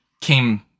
came